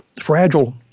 fragile